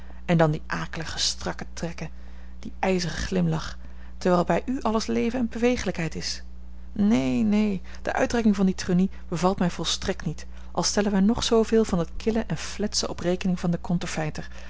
en dan die akelige strakke trekken die ijzige glimlach terwijl bij u alles leven en bewegelijkheid is neen neen de uitdrukking van die tronie bevalt mij volstrekt niet al stellen wij nog zooveel van dat kille en fletsche op rekening van den